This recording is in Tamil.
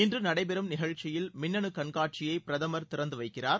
இன்று நடைபெறும் நிகழ்ச்சியில் மின்னனு கண்காட்சியை பிரதமர் திறந்து வைக்கிறார்